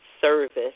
service